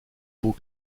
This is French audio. beau